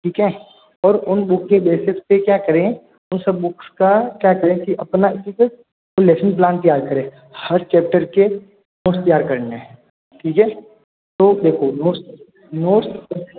ठीक है और उन बुक के बेसिस पर क्या करें वो सब बुक्स का क्या करें कि अपने लेसन प्लान तैयार करें हर चैप्टर नोट्स तैयार करने हैं ठीक है तो देखो नोट्स